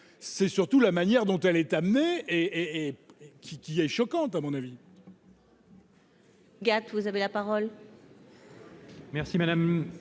c'est surtout la manière dont elle est amenée et et qui qui est choquante, à mon avis.